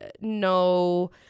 no